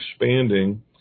expanding